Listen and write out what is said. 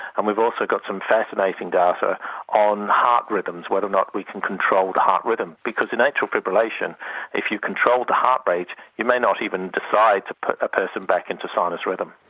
and we've also got some fascinating data on heart rhythms, whether or not we can control the heart rhythm, because in atrial fibrillation if you control the heart rate you may not even decide to put a person back into sinus rhythm.